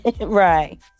Right